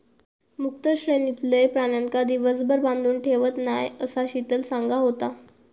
मुक्त श्रेणीतलय प्राण्यांका दिवसभर बांधून ठेवत नाय, असा शीतल सांगा होता